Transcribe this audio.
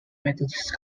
methodist